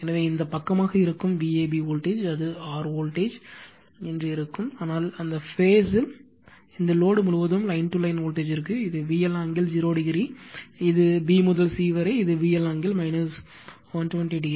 இங்கே இந்த பக்கமாக இருக்கும் Vab வோல்டேஜ் இது ஆர் வோல்டேஜ் இந்த லோடு முழுவதும் லைன் to லைன் வோல்டேஜ் ற்கு இது VL ஆங்கிள் 0 o இது b முதல் c வரை இது விஎல் ஆங்கிள் 120 o